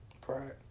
pride